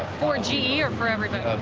for g e. or for everybody?